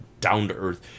down-to-earth